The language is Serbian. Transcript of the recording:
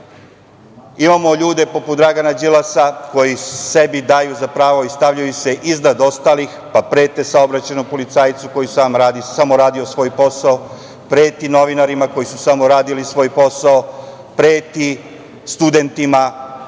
imamo ljude poput Dragana Đilasa koji sebi daju za pravo i stavljaju se iznad ostalih, pa prete saobraćajnom policajcu koji je samo radio svoj posao, preti novinarima koji su samo radili svoj posao, preti studentima